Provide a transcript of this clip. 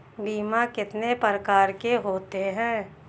बीमा कितने प्रकार के होते हैं?